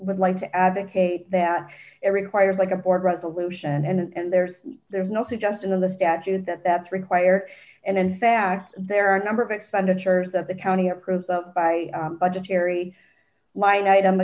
would like to advocate that it requires like a board resolution and there's there's no suggestion of the statute that that's required and in fact there are a number of expenditures that the county approves of by budgetary line item